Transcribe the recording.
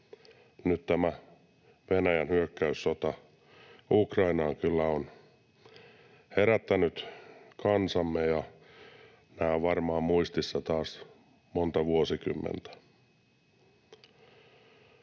nyt tämä Venäjän hyökkäyssota Ukrainaan kyllä on herättänyt kansamme, ja nämä ovat varmaan muistissa taas monta vuosikymmentä.